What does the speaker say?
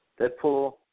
Deadpool